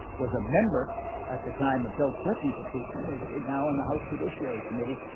was a member at the time of bill clinton's impeachment, is now in the house judiciary committee.